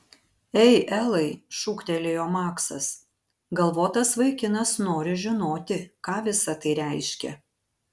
ei elai šūktelėjo maksas galvotas vaikinas nori žinoti ką visa tai reiškia